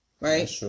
right